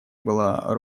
была